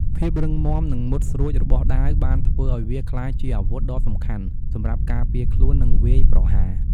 ភាពរឹងមាំ និងមុតស្រួចរបស់ដាវបានធ្វើឱ្យវាក្លាយជាអាវុធដ៏សំខាន់សម្រាប់ការពារខ្លួន និងវាយប្រហារ។